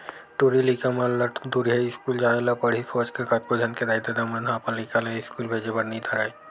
टूरी लइका मन ला दूरिहा इस्कूल जाय ल पड़ही सोच के कतको झन के दाई ददा मन ह अपन लइका ला इस्कूल भेजे बर नइ धरय